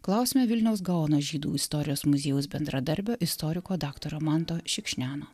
klausiame vilniaus gaono žydų istorijos muziejaus bendradarbio istoriko daktaro manto šikšniano